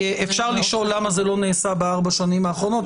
אפשר לשאול למה זה לא נעשה בארבע השנים האחרונות,